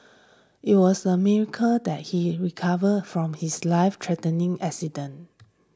it was a miracle that he recovered from his life threatening accident